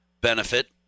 benefit